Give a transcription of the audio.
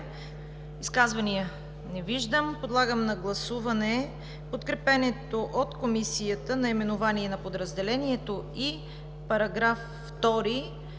Изказвания? Не виждам. Подлагам на гласуване подкрепеното от Комисията наименование на подразделението и § 2,